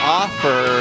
offer